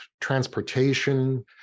transportation